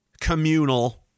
communal